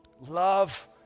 Love